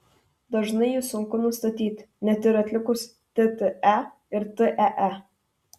dažnai jį sunku nustatyti net ir atlikus tte ir tee